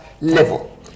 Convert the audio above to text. level